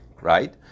right